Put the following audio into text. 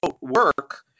work